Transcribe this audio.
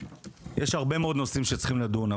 יש הרבה מאוד נושאים שצריכים לדון בהם,